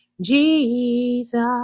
Jesus